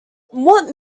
what